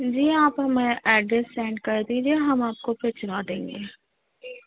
جی آپ ہمیں address send کر دیجیے ہم آپ کو بھجوا دیں گے